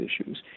issues